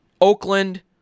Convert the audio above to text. Oakland